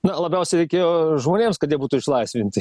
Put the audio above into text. na labiausiai reikėjo žmonėms kad jie būtų išlaisvinti